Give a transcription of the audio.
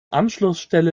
anschlussstelle